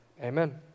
amen